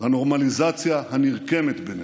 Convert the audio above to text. לנורמליזציה הנרקמת בינינו,